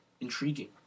intriguing